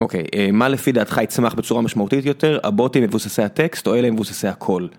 אוקיי, מה לפי דעתך יצמח בצורה משמעותית יותר, הבוטים מבוססי הטקסט או אלה מבוססי הקול?